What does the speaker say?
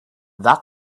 that